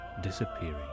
disappearing